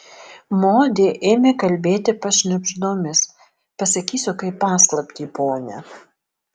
modė ėmė kalbėti pašnibždomis pasakysiu kaip paslaptį pone